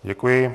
Děkuji.